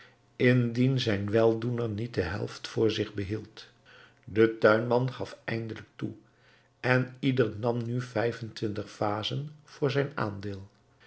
indien zijn weldoener niet de helft voor zich behield de tuinman gaf eindelijk toe en ieder nam nu vijf en twintig vazen voor zijn aandeel